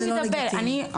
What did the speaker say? אני מדברת.